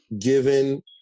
given